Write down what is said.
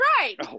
right